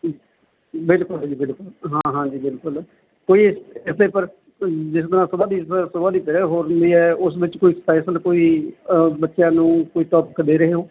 ਬਿਲਕੁਲ ਜੀ ਬਿਲਕੁਲ ਹਾਂ ਹਾਂਜੀ ਬਿਲਕੁਲ ਕੋਈ ਇੱਥੇ ਪਰ ਜਿਸ ਤਰ੍ਹਾਂ ਸੁਬਾ ਦੀ ਸੁਬਾ ਦੀ ਪਰੇਅਰ ਹੋਰ ਹੁੰਦੀ ਹੈ ਉਸ ਵਿੱਚ ਕੋਈ ਸਪੈਸ਼ਲ ਕੋਈ ਬੱਚਿਆਂ ਨੂੰ ਕੋਈ ਟੋਪਿਕ ਦੇ ਰਹੇ ਹੋ